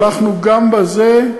הלכנו גם בזה,